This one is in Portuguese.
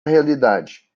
realidade